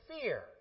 fear